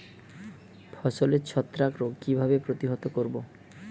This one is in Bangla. ফসলের ছত্রাক রোগ কিভাবে প্রতিহত করব?